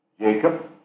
Jacob